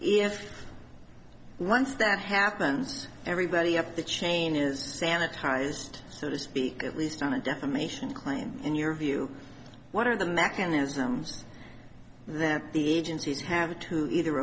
if once that happens everybody up the chain is sanitized so to speak at least on a defamation claim in your view what are the mechanisms that the agencies have a to either